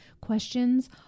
questions